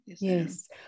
Yes